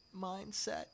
mindset